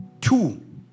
Two